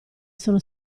sono